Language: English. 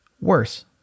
worse